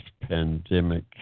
pandemic